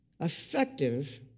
effective